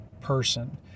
person